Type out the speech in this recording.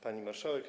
Pani Marszałek!